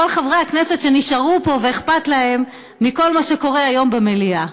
לכל חברי הכנסת שנשארו פה ואכפת להם מכל מה שקורה היום במליאה.